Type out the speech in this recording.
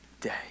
day